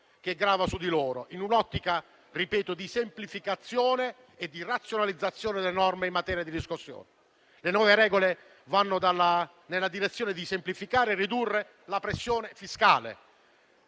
che grava su di loro, in un'ottica di semplificazione e di razionalizzazione delle norme in materia di riscossione. Le nuove regole vanno nella direzione di semplificare e ridurre la pressione fiscale,